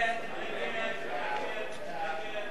ההצעה להסיר מסדר-היום